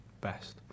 best